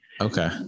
Okay